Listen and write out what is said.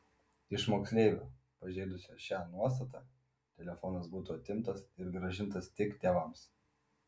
iš moksleivio pažeidusio šią nuostatą telefonas būtų atimtas ir grąžintas tik tėvams